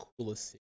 coolest